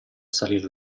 salire